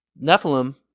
Nephilim